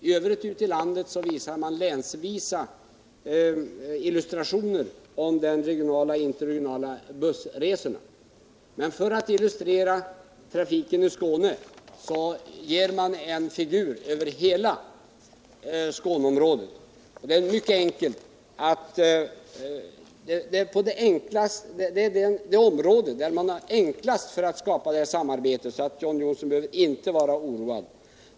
I övrigt ute i landet visar man länsvisa illustrationer av de regionala och interregionala bussrutterna, men för att illustrera trafiken i Skåne visar man en figur över hela Skåneområdet. Det är det område där det är lättast att skapa det här samarbetet. John Johnsson behöver alltså inte vara oroad.